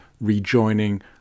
rejoining